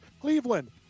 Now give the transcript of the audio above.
Cleveland